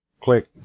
click